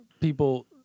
people